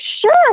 sure